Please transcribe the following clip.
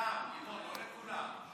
לחלקם, ינון, לא לכולם.